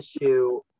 issue